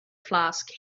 flask